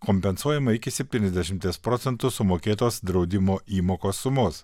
kompensuojama iki septyniasdešimties procentų sumokėtos draudimo įmokos sumos